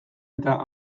eta